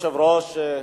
אדוני היושב-ראש,